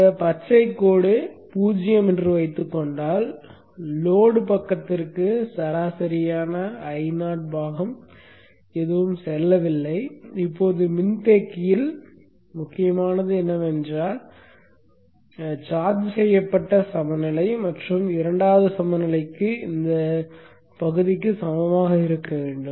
இந்த பச்சைக் கோடு 0 என்று வைத்துக் கொண்டால் லோட் பக்கத்திற்கு சராசரியான Io பாகங்கள் செல்லவில்லை இப்போது மின்தேக்கியில் முக்கியமானது என்னவென்றால் சார்ஜ் செய்யப்பட்ட சமநிலை மற்றும் இரண்டாவது சமநிலைக்கு இந்த பகுதிக்கு சமமாக இருக்க வேண்டும்